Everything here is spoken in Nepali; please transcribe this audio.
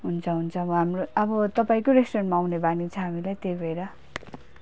हुन्छ हुन्छ हाम्रो अब तपाईँको रेस्टुरेन्टमा आउने बानी छ हामीलाई त्यही भएर